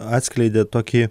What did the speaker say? atskleidė tokį